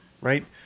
right